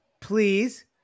please